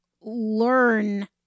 learn